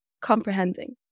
comprehending